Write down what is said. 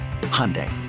Hyundai